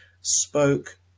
spoke